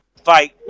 fight